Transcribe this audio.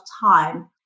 time